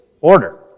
order